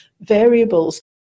variables